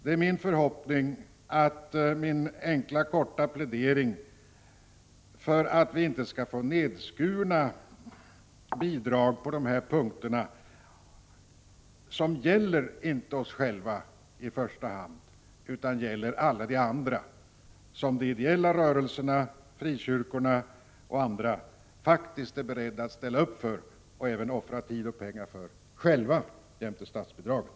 Det är min förhoppning att min enkla, korta plädering skall medverka till att bidragen inte skärs ner på dessa punkter. Detta gäller i första hand inte oss utan alla de andra, som de ideella rörelserna, frikyrkorna och övriga är beredda att ställa upp för och även offra tid och pengar för — som komplement till statsbidragen.